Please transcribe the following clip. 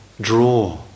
draw